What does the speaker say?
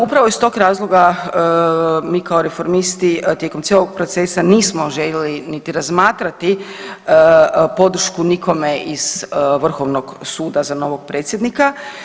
Upravo iz tog razloga mi kao reformisti tijekom cijelo procesa nismo željeli niti razmatrati podršku nikome iz Vrhovnog suda za novog predsjednika.